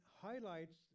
highlights